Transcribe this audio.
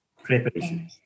Preparation